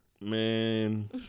man